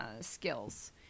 skills